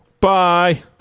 Bye